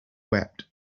wept